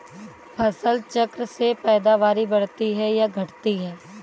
फसल चक्र से पैदावारी बढ़ती है या घटती है?